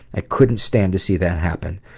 i couldn't stand to see that happen,